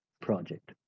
project